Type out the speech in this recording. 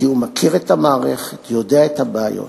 כי הוא מכיר את המערכת, יודע את הבעיות.